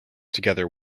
together